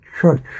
church